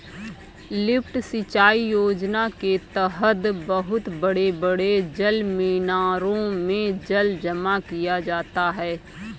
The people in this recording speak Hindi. लिफ्ट सिंचाई योजना के तहद बहुत बड़े बड़े जलमीनारों में जल जमा किया जाता है